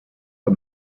der